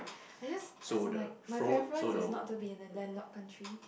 I just as in like my preference is not to be in a land lock country